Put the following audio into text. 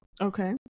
Okay